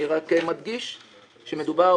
אני רק מדגיש שמדובר